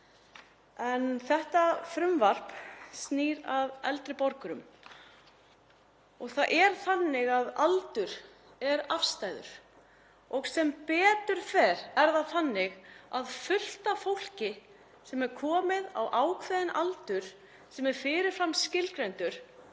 Þetta frumvarp snýr að eldri borgurum. Það er þannig að aldur er afstæður og sem betur fer er það þannig að fullt af fólki sem er komið á ákveðinn aldur sem er fyrir fram skilgreindur